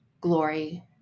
glory